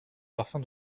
parfum